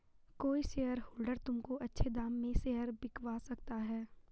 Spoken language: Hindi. कोई शेयरहोल्डर तुमको अच्छे दाम में शेयर बिकवा सकता है